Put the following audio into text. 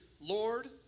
Lord